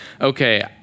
okay